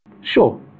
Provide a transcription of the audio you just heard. Sure